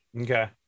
Okay